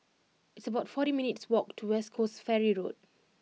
it's about forty minutes' walk to West Coast Ferry Road